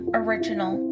original